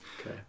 Okay